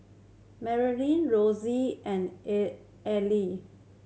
Maryanne Rosie and Erlene